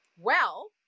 Well-